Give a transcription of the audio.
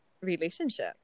relationship